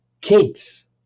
kids